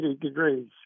degrees